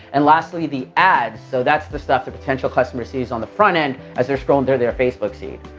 and lastly, the ads. so that's the stuff the potential customer sees on the front end as they're scrolling through their facebook seed.